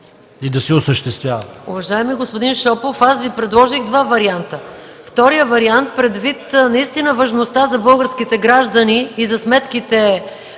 и да се осъществява.